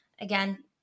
again